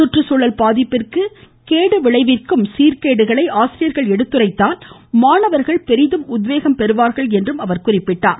சுற்றுச்சூழல் பாதிப்பிற்கு கேடு விளைவிக்கும் சீர்கேடுகளை ஆசிரியர்கள் எடுத்துரைத்தால் மாணவர்கள் பெரிதும் உத்வேகம் பெறுவார்கள் என்றும் எடுத்துரைத்தார்